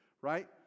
Right